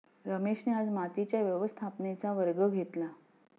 रमेशने आज मातीच्या व्यवस्थापनेचा वर्ग घेतला